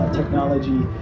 technology